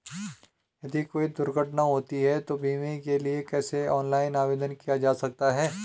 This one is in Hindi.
यदि कोई दुर्घटना होती है तो बीमे के लिए कैसे ऑनलाइन आवेदन किया जा सकता है?